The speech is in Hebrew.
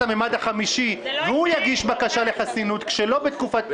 הממד החמישי והוא יגיש בקשה לחסינות שלא בתקופת בחירות,